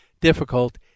difficult